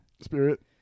Spirit